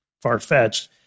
far-fetched